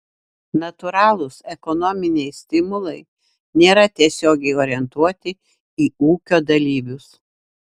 natūralūs ekonominiai stimulai nėra tiesiogiai orientuoti į ūkio dalyvius